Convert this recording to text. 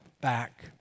back